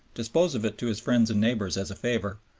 dispose of it to his friends and neighbors as a favor,